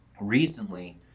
recently